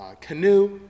Canoe